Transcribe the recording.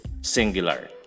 singular